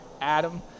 Adam